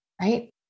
right